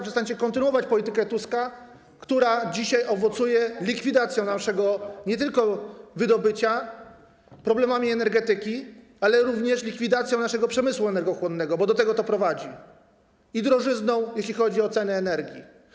Przestańcie kontynuować politykę Tuska, która dzisiaj owocuje nie tylko likwidacją naszego wydobycia, problemami energetyki, ale również likwidacją naszego przemysłu energochłonnego, bo do tego to prowadzi, i drożyzną, jeśli chodzi o cenę energii.